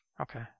Okay